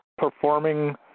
Performing